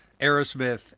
Aerosmith